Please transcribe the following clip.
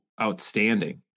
outstanding